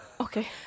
Okay